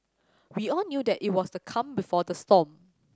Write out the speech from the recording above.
we all knew that it was the calm before the storm